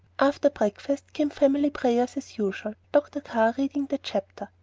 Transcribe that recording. after breakfast came family prayers as usual, dr. carr reading the chapter,